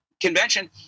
convention